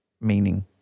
meaning